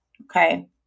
Okay